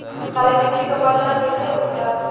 सारी मिट्टी का पहचान कैसे होखेला?